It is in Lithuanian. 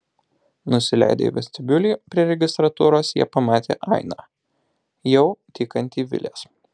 nusileidę į vestibiulį prie registratūros jie pamatė ainą jau tykantį vilės